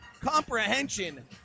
comprehension